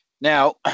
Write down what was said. now